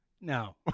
No